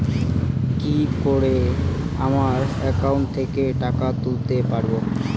কি করে আমার একাউন্ট থেকে টাকা তুলতে পারব?